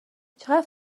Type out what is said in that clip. چقدر